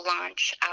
launch